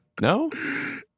No